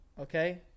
Okay